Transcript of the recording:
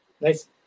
Nice